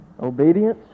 Obedience